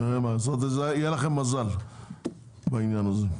נראה מה לעשות עם זה, יהיה לכם מזל בעניין הזה.